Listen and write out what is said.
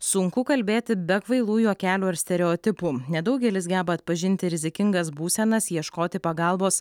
sunku kalbėti be kvailų juokelių ar stereotipų nedaugelis geba atpažinti rizikingas būsenas ieškoti pagalbos